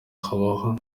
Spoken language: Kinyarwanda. habaho